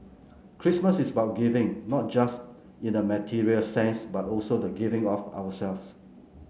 Christmas is about giving not just in a material sense but also the giving of ourselves